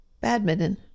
Badminton